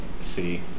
see